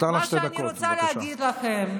לכם,